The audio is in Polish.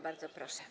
Bardzo proszę.